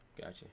Gotcha